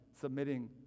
submitting